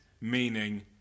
meaning